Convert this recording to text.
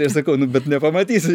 ir sakau nu bet nepamatysi